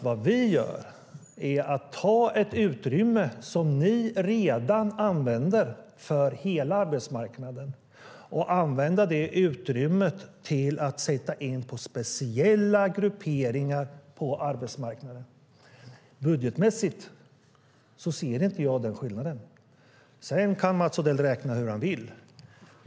Vad vi gör är att ta ett utrymme som ni redan använder för hela arbetsmarknaden och använda det utrymmet till att sätta in för speciella grupper på arbetsmarknaden. Budgetmässigt ser jag inte någon skillnad. Sedan kan Mats Odell räkna hur han vill.